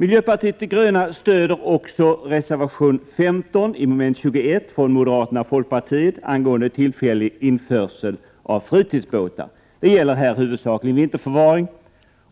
Miljöpartiet de gröna stöder också reservation 15, som avser mom. 21, från moderaterna och folkpartiet angående tillfällig införsel av fritidsbåtar. Det gäller här huvudsakligen vinterförvaring,